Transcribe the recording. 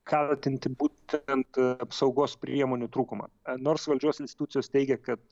kaltinti būtent apsaugos priemonių trūkumą nors valdžios institucijos teigia kad